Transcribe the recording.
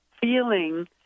feeling